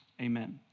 amen